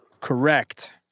Correct